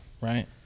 Right